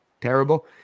terrible